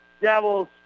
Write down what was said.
Devils